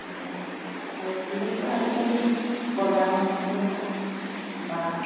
আৰু যিহেতু আজিকালি বজাৰসমূহতে হওক বা